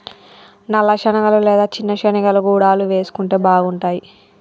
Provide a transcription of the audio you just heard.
నల్ల శనగలు లేదా చిన్న శెనిగలు గుడాలు వేసుకుంటే బాగుంటాయ్